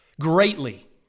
greatly